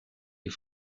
des